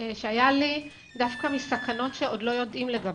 שהיה לי דווקא מסכנות שעוד לא יודעים לגביהן.